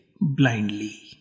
blindly